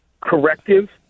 corrective